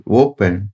open